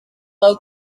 low